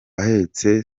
ahetse